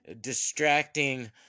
distracting